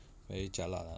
very jialat lah